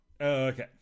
Okay